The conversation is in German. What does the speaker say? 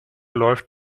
läuft